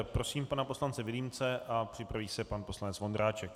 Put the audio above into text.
Prosím pana poslance Vilímce a připraví se pan poslanec Vondráček.